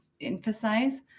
emphasize